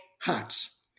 hearts